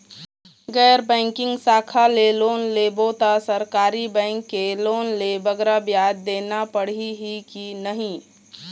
गैर बैंकिंग शाखा ले लोन लेबो ता सरकारी बैंक के लोन ले बगरा ब्याज देना पड़ही ही कि नहीं?